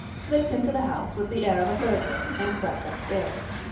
slipped into the house with the air of a burglar and crept upstairs.